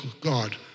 God